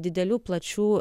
didelių plačių